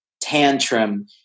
tantrum